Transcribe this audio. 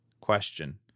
Question